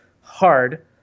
hard